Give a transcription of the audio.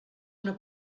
una